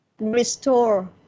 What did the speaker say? restore